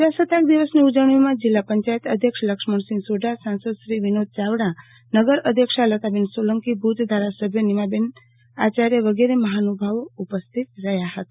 પ્રજાસત્તાક દિવસની ઉજવણીમાં જિલ્લા પંચાયત અધ્યક્ષ લક્ષ્મણસિંહ સોઢા સાંસદશ્રી વિનોદ ચાવડા નગરઅધ્યક્ષા લતાબેન સોલંકી ભુજ ધારાસભ્ય નીમાબેન આચાર્ય વગેરે મહાનુભાવો ઉપસ્થિત રહ્યા હતા